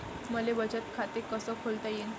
मले बचत खाते कसं खोलता येईन?